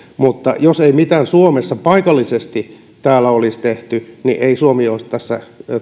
mutta jos ei mitään suomessa paikallisesti olisi tehty niin ei suomi olisi tässä